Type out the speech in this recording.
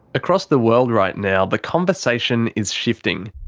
across the world right now the conversation is shifting.